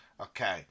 Okay